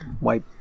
wipe